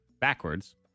backwards